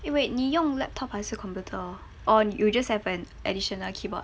eh wait 你用 laptop 还是 computer or you just have an additional keyboard